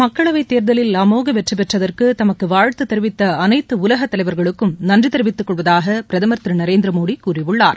மக்களவைத் தேர்தலில் அமோக வெற்றி பெற்றதற்கு தமக்கு வாழ்த்து தெரிவித்த அனைத்து உலக தலைவர்களுக்கும் நன்றி தெரிவித்துக் கொள்வதாக பிரதமர் திரு நரேந்திர மோடி கூறியுள்ளார்